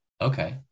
Okay